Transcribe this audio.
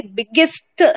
biggest